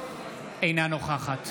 אינה נוכחת